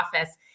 office